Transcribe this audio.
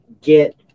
get